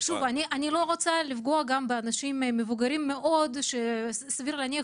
אני לא רוצה לפגוע גם באנשים מבוגרים מאוד שסביר להניח